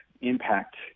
impact